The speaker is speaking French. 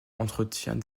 entretient